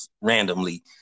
randomly